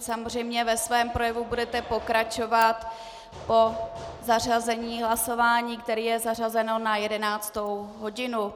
Samozřejmě ve svém projevu budete pokračovat po zařazení hlasování, které je zařazeno na 11. hodinu.